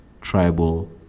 tribal